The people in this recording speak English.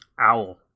owl